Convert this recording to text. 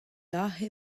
aze